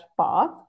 path